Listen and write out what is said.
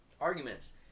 arguments